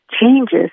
changes